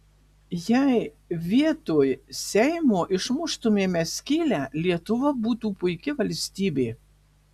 jei vietoj seimo išmuštumėme skylę lietuva būtų puiki valstybė